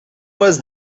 was